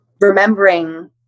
remembering